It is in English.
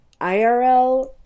irl